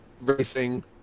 racing